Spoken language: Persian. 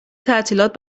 تعطیلات